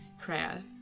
prayer